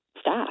staff